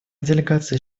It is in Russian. делегация